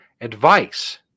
advice